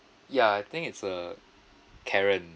ya I think it's uh karen